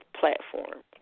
platform